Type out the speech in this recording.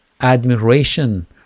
admiration